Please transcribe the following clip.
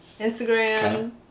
Instagram